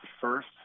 first